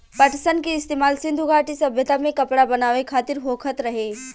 पटसन के इस्तेमाल सिंधु घाटी सभ्यता में कपड़ा बनावे खातिर होखत रहे